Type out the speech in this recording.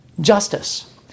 justice